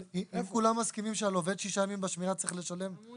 אבל אם כולם מסכימים שעל עובד שישה ימים בשמירה צריך לשלם --- לא,